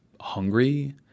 hungry